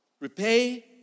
Repay